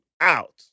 out